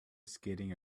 skating